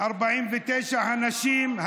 49 הנשים,